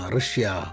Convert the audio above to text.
Russia